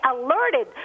alerted